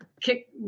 kick